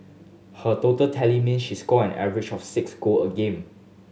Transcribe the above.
her total tally meant she scored an average of six goal a game